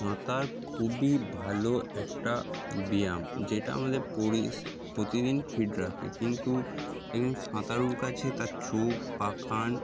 সাঁতার খুবই ভালো একটা ব্যায়াম যেটা আমাদের পরি প্রতিদিন ফিট রাখে কিন্তু এক সাঁতারুর কাছে তার চোখ বাখান